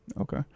Okay